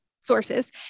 sources